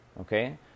okay